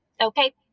okay